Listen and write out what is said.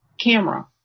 camera